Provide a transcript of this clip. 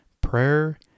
prayer